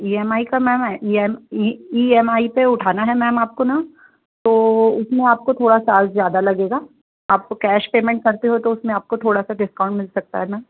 E M I का ma'am E M I पर उठाना है मैम आपको न तो उसमें आपको थोड़ा सा ज़्यादा लगेगा आपको कैश पेमेंट करते हो तो उसमें आपको थोड़ा सा डिस्काउंट मिल सकता है मैम